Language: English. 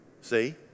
See